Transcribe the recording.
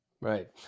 Right